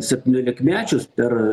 septyniolikmečius per